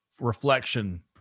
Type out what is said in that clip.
reflection